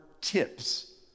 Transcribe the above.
tips